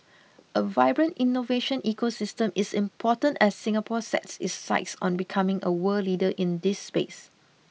a vibrant innovation ecosystem is important as Singapore sets its sights on becoming a world leader in this space